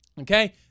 Okay